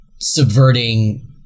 subverting